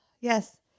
yes